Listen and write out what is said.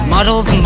Models